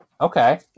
okay